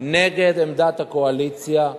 נגד עמדת הקואליציה,